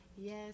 Yes